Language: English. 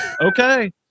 Okay